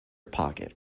pocket